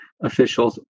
officials